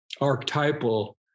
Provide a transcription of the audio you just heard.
archetypal